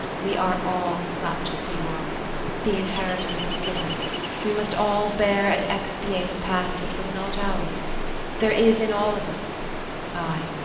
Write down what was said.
we are all such as he was the inheritors of sin we must all bear and expiate a past which was not ours there is in all of us ay,